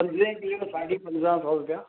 पंदरहें किले जो साढी पंदरहां सौ रुपिया